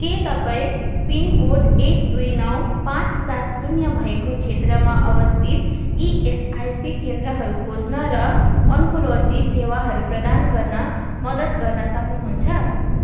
के तपाईँँ पिनकोड एक दुई नौ पाँच सात शून्य भएको क्षेत्रमा अवस्थित इएसआइसी केन्द्रहरू खोज्न र ओन्कोलोजी सेवाहरू प्रदान गर्न मद्दत गर्न सक्नुहुन्छ